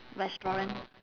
restaurant